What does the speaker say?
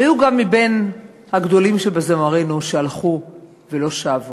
והיו גם מבין הגדולים שבזמרינו שהלכו ולא שבו.